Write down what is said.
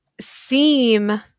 seem